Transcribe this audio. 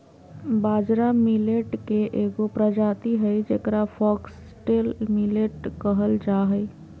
बाजरा मिलेट के एगो प्रजाति हइ जेकरा फॉक्सटेल मिलेट कहल जा हइ